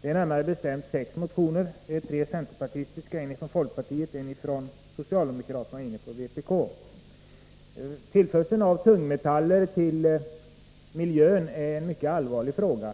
Det är närmare bestämt sex motioner — tre från centerpartiet, en från folkpartiet, en från socialdemokraterna och en från vpk. Tillförseln av tungmetaller i miljön är en mycket allvarlig fråga.